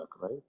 right